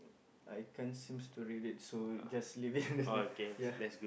I can't seems to read it so just leave it ya